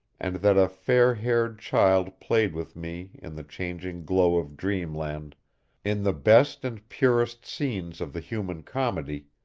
and that a fair-haired child played with me in the changing glow of dreamland in the best and purest scenes of the human comedy,